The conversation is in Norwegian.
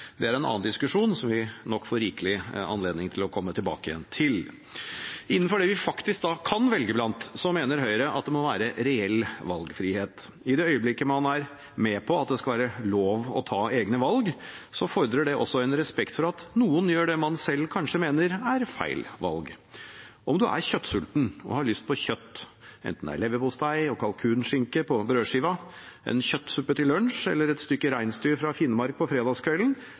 det er en annen diskusjon, som vi nok får rikelig anledning til å komme tilbake til. Innenfor det vi faktisk kan velge blant, mener Høyre at det må være reell valgfrihet. I det øyeblikket man er med på at det skal være lov å ta egne valg, fordrer det også en respekt for at noen tar det man selv kanskje mener er feil valg. Om du er kjøttsulten og har lyst på kjøtt, enten det er leverpostei og kalkunskinke på brødskiven, kjøttsuppe til lunsj eller et stykke reinsdyr fra Finnmark på